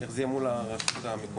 איך זה יהיה מול הרשויות המקומיות?